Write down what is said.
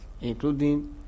including